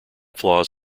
flaws